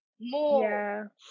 more